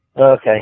Okay